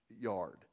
yard